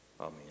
Amen